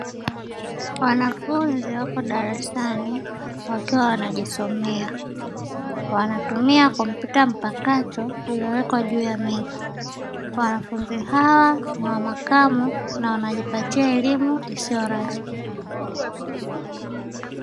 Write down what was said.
Wanafunzi wapo darasani wakiwa wanajisomea. Wanatumia kompyuta mpakato iliyowekwa juu ya meza. Wanafunzi hawa ni wa makamu na wanajipatia elimu isiyo rasmi.